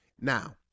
Now